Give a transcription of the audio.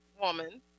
woman